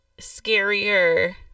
scarier